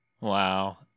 Wow